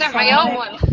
and my own one.